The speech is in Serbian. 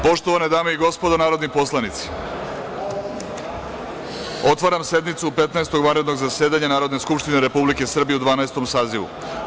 Poštovane dame i gospodo narodni poslanici, otvaram sednicu Petnaestog vanrednog zasedanja Narodne skupštine Republike Srbije u Dvanaestom sazivu.